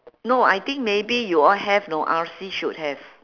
no I think maybe you all have know R_C should have